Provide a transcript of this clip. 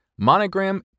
monogram